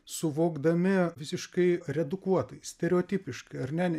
suvokdami visiškai redukuotai stereotipiškai ar ne